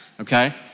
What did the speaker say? Okay